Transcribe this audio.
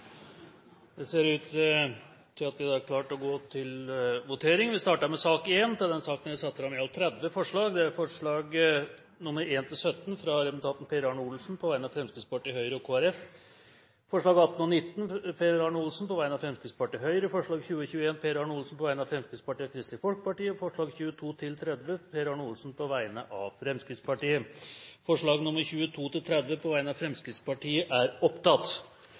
Det ser ut til at vi er klare til å gå til votering. Under debatten er det satt fram i alt 30 forslag. Det er forslagene nr. 1–17, fra Per Arne Olsen på vegne av Fremskrittspartiet, Høyre og Kristelig Folkeparti forslagene nr. 18 og 19, fra Per Arne Olsen på vegne av Fremskrittspartiet og Høyre forslagene nr. 20 og 21, fra Per Arne Olsen på vegne av Fremskrittspartiet og Kristelig Folkeparti forslagene nr. 22–30, fra Per Arne Olsen på vegne av Fremskrittspartiet Det voteres først over forslagene nr. 22–30, fra Fremskrittspartiet. Forslag nr. 22